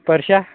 परश्या